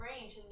range